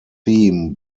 theme